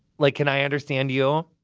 like can i understand you?